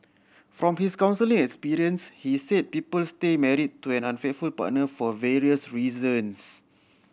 from his counselling experience he said people stay married to an unfaithful partner for various reasons